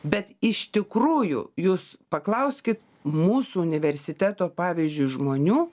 bet iš tikrųjų jūs paklauskit mūsų universiteto pavyzdžiui žmonių